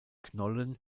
knollen